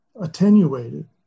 attenuated